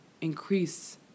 increase